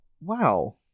Wow